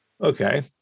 Okay